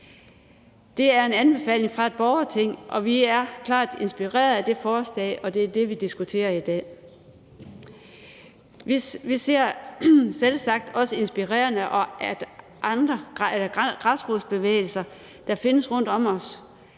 Det er en anbefaling fra et borgerting, og vi er klart inspireret af det forslag, og det er det, vi diskuterer i dag. Vi er selvsagt også inspireret af græsrodsbevægelser, der findes rundtom, og